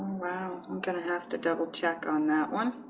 i'm gonna have to double check on that one.